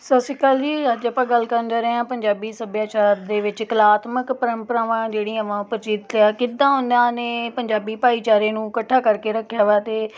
ਸਤਿ ਸ਼੍ਰੀ ਅਕਾਲ ਜੀ ਅੱਜ ਆਪਾਂ ਗੱਲ ਕਰਨ ਜਾ ਰਹੇ ਹਾਂ ਪੰਜਾਬੀ ਸੱਭਿਆਚਾਰ ਦੇ ਵਿੱਚ ਕਲਾਤਮਕ ਪਰੰਪਰਾਵਾਂ ਜਿਹੜੀਆਂ ਵਾ ਪ੍ਰਚਲਿਤ ਆ ਕਿੱਦਾਂ ਉਹਨਾਂ ਨੇ ਪੰਜਾਬੀ ਭਾਈਚਾਰੇ ਨੂੰ ਇਕੱਠਾ ਕਰਕੇ ਰੱਖਿਆ ਵਾ ਅਤੇ